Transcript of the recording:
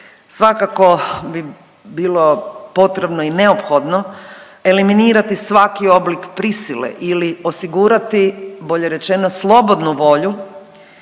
Svakako bi bilo potrebno i neophodno eliminirati svaki oblik prisile ili osigurati, bolje rečeno slobodnu volju